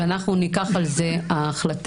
ואנחנו ניקח על זה החלטה.